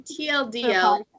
TLDL